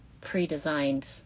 pre-designed